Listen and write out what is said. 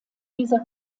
dieser